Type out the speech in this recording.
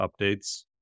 updates